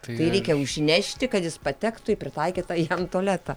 tai reikia užšnešti kad jis patektų į pritaikytą jam tualetą